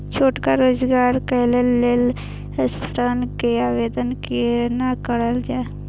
छोटका रोजगार करैक लेल ऋण के आवेदन केना करल जाय?